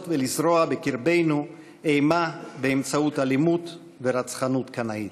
לזרוע בקרבנו אימה באמצעות אלימות ורצחנות קנאית.